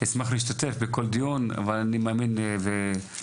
שמח להשתתף בכל דיון ואני מאמין בחשיבות של זה,